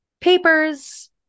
papers